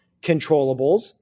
controllables